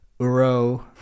Uro